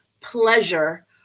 pleasure